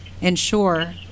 ensure